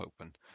open